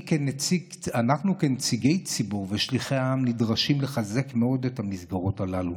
אנחנו כנציגי ציבור ושליחי העם נדרשים לחזק מאוד את המסגרות הללו